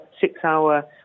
six-hour